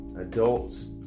adults